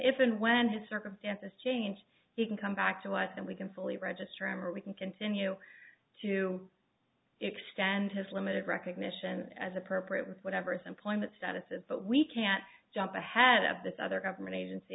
if and when his circumstances change he can come back to us and we can fully register him or we can continue to extend his limited recognition as appropriate whatever's employment status is but we can't jump ahead of this other government agency